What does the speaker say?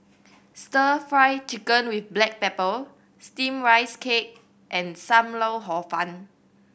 Stir Fry Chicken with black pepper Steamed Rice Cake and Sam Lau Hor Fun